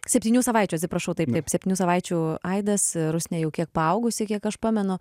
septynių savaičių atsiprašau taip taip septynių savaičių aidas rusnė jau kiek paaugusi kiek aš pamenu